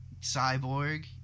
Cyborg